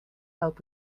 help